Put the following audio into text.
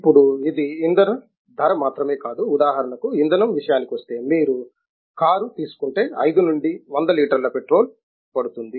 ఇప్పుడు ఇది ఇంధన ధర మాత్రమే కాదు ఉదాహరణకు ఇంధనం విషయానికి వస్తే మీరు కారు తీసుకుంటే 5 నుండి 100 లీటర్ల పెట్రోల్ పడుతుంది